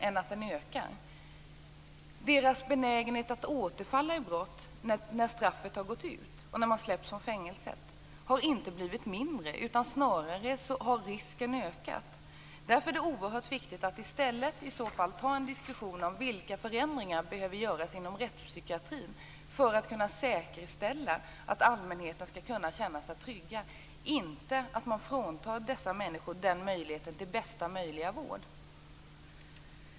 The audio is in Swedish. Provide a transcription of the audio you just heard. De här personernas benägenhet att återfalla i brott när straffet gått ut och de släpps ut från fängelset har inte blivit mindre. Snarare har den risken ökat. Därför är det oerhört viktigt att i stället ta en diskussion om vilka förändringar som behöver göras inom rättspsykiatrin för att kunna säkerställa att allmänheten kan känna sig trygg. Det handlar inte om att frånta nämnda grupp människor möjligheten till bästa möjliga vård.